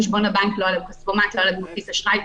חוק נתוני אשראי.